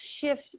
shift